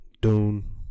Dune